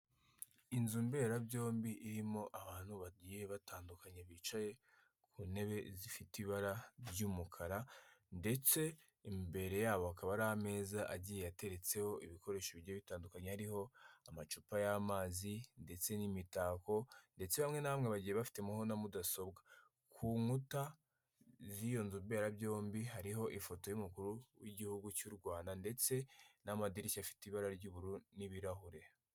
Inzu mberabyombi irimo abantu bagiye batandukanye bicaye ku ntebe zifite ibara ry'umukara, ndetse imbere yabo hakaba hari ameza agiye ateretseho ibikoresho bigiye bitandukanye hariho amacupa y'amazi, ndetse n'imitako, ndetse bamwe na bamwe bagiye bafiteho na mudasobwa. Ku nkuta z'iyo nzu mberabyombi hariho ifoto y'umukuru w'Igihugu cy'u Rwanda ndetse n'amadirishya afite ibara ry'ubururu n'ibirahure.